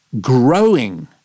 growing